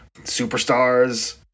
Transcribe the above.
Superstars